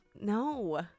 No